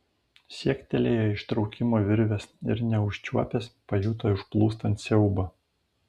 siektelėjo ištraukimo virvės ir neužčiuopęs pajuto užplūstant siaubą